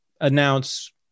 announce